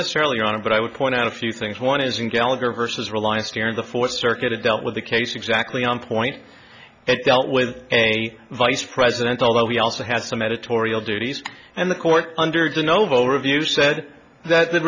necessarily on it but i would point out a few things one is in gallagher versus reliance here in the fourth circuit it dealt with the case exactly on point it dealt with a vice president although he also has some editorial duties and the court under the novo review said that the